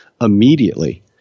immediately